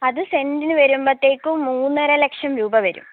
അത് സെൻറ്റിന് വരുമ്പോഴ്ത്തേക്കും മൂന്നര ലക്ഷം രൂപ വരും